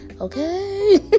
okay